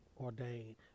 ordained